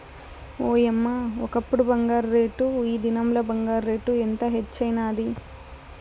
ఓయమ్మ, ఒకప్పుడు బంగారు రేటు, ఈ దినంల బంగారు రేటు ఎంత హెచ్చైనాది